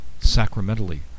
sacramentally